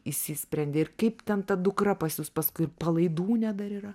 išsisprendė ir kaip ten dukra pas jus paskui palaidūnė dar yra